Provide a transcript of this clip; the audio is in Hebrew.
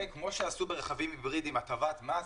כמו שעשו ברכבים היברידיים הטבת מס,